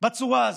בצורה הזאת,